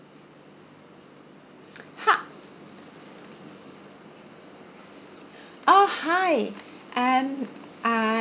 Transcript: ha oh hi um uh